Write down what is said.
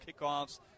kickoffs